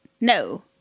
No